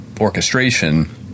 orchestration